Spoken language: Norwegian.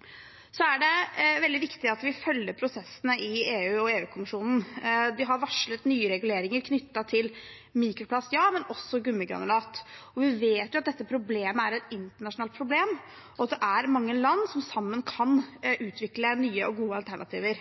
er veldig viktig at vi følger prosessene i EU og EU-kommisjonen. De har varslet nye reguleringer knyttet til mikroplast, også gummigranulat, og vi vet at dette problemet er et internasjonalt problem, og at det er mange land som sammen kan utvikle nye og gode alternativer.